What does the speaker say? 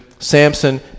Samson